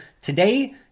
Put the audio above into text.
Today